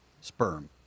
sperm